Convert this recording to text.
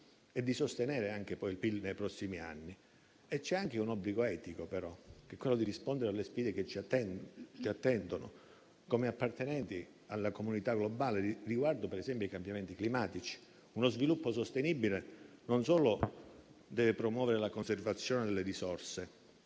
e di sostenere il PIL nei prossimi anni; c'è anche un obbligo etico, però, ed è quello di rispondere alle sfide che ci attendono come appartenenti alla comunità globale, riguardo ad esempio ai cambiamenti climatici. Uno sviluppo sostenibile non solo deve promuovere la conservazione delle risorse